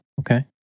Okay